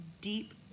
deep